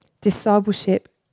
Discipleship